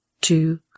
two